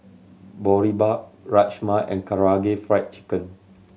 Boribap Rajma and Karaage Fried Chicken